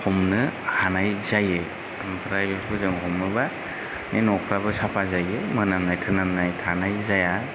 हमनो हानाय जायो ओमफ्राय बेफोरखौ जों हमोबा बे न'फोराबो साफा जायो मोनामनाय थोनामनाय थानाय जाया